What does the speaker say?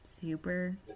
super